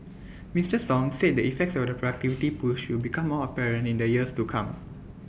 Mister song said the effects of the productivity push will become more apparent in the years to come